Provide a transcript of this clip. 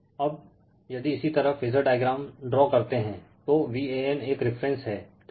Refer Slide Time 1156 अब यदि इसी तरह फेजर डायग्राम ड्रा करते हैं तो Van एक रिफरेन्स है